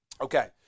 Okay